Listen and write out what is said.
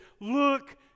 look